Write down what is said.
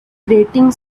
grating